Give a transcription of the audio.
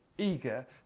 Eager